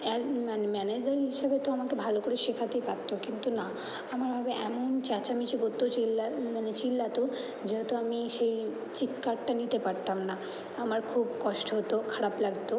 as manager হিসেবে তো আমাকে ভালো করে শেখাতেই পারত কিন্তু না আমার এমন চেঁচামেচি করতো চেল্লা মানে চিল্লাতো যেহেতু আমি সেই চিৎকারটা নিতে পারতাম না আমার খুব কষ্ট হতো খারাপ লাগতো